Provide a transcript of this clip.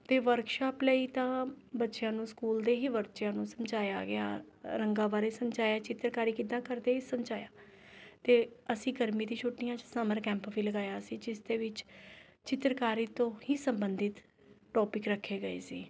ਅਤੇ ਵਰਕਸ਼ੋਪ ਲਈ ਤਾਂ ਬੱਚਿਆਂ ਨੂੰ ਸਕੂਲ ਦੇ ਹੀ ਬੱਚਿਆਂ ਨੂੰ ਸਮਝਾਇਆ ਗਿਆ ਰੰਗਾਂ ਬਾਰੇ ਸਮਝਾਇਆ ਚਿੱਤਰਕਾਰੀ ਕਿੱਦਾਂ ਕਰਦੇ ਇਹ ਸਮਝਾਇਆ ਅਤੇ ਅਸੀਂ ਗਰਮੀ ਦੀ ਛੁੱਟੀਆਂ 'ਚ ਸਮਰ ਕੈਂਪ ਵੀ ਲਗਾਇਆ ਸੀ ਜਿਸਦੇ ਵਿੱਚ ਚਿੱਤਰਕਾਰੀ ਤੋਂ ਹੀ ਸੰਬੰਧਿਤ ਟੋਪਿਕ ਰੱਖੇ ਗਏ ਸੀ